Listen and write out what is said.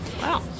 Wow